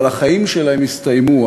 אבל החיים שלהם הסתיימו,